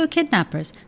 Kidnappers